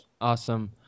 Awesome